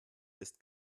ist